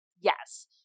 Yes